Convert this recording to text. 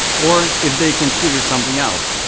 or if they can figure something out,